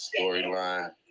storyline